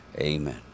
Amen